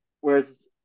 Whereas